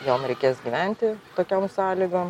jom reikės gyventi tokiom sąlygom